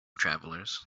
travelers